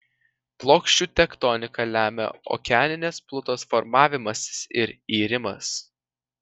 plokščių tektoniką lemia okeaninės plutos formavimasis ir irimas